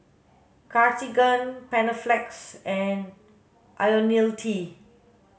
Cartigain Panaflex and Ionil T